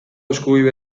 eskubide